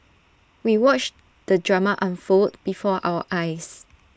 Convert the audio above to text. we watched the drama unfold before our eyes